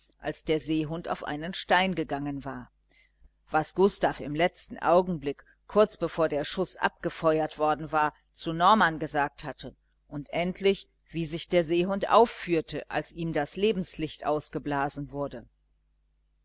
als der seehund auf einen stein gegangen war was gustav im letzten augenblick kurz bevor der schuß abgefeuert worden war zu norman gesagt hatte und endlich wie sich der seehund aufführte als ihm das lebenslicht ausgeblasen wurde